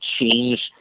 change